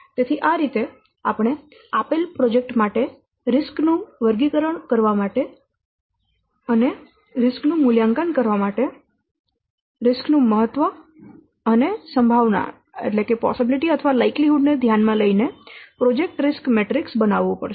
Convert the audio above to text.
તેથી આ રીતે આપણે આપેલ પ્રોજેક્ટ માટે જોખમો નું વર્ગીકરણ કરવા માટે જોખમો નું મૂલ્યાંકન કરવા માટે જોખમો નું મહત્વ અને સંભાવના ને ધ્યાનમાં લઈને પ્રોજેક્ટ રિસ્ક મેટ્રિક્સ બનાવવું પડશે